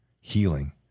healing